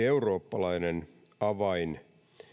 eurooppalainen avain